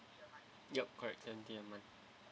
yup correct seventy a month